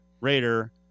Raider